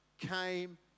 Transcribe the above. came